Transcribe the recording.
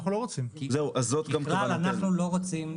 אז זאת כוונתנו.